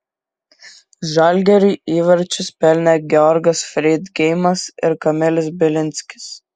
žalgiriui įvarčius pelnė georgas freidgeimas ir kamilis bilinskis